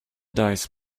dice